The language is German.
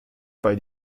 bei